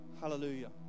Hallelujah